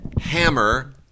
Hammer